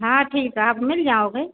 हाँ ठीक है आप मिल जाओगे